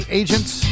agents